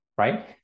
right